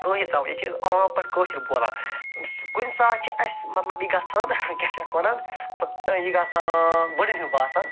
کٲشِر زبان ییٚتہِ چھِ أسۍ عام پٲٹھۍ کٲشُر بولان کُنہِ ساتہٕ چھِ اسہِ مطلب یہِ گژھان تہٕ کیٛاہ چھِ اَتھ وَنان یہِ گژھان بٔرڈٕن ہیٛو باسان